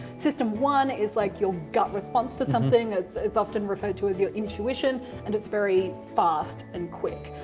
system one is like your gut response to something. it's it's often referred to as your intuition. and it's very fast and quick.